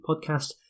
podcast